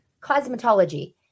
cosmetology